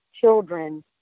children